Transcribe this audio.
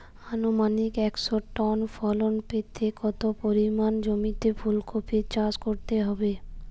আনুমানিক একশো টন ফলন পেতে কত পরিমাণ জমিতে ফুলকপির চাষ করতে হবে?